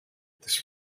this